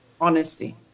honesty